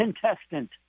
contestant